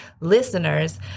listeners